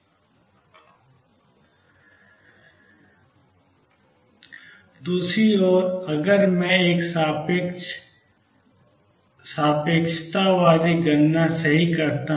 दूसरी ओर अगर मैं एक सापेक्षतावादी गणना सही करता हूं